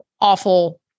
awful